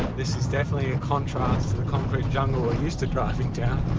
this is definitely a contrast to the concrete jungle we're used to driving down.